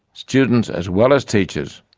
students as well as teachers,